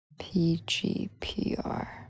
PGPR